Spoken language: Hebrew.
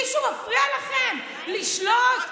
מישהו מפריע לכם לשלוט?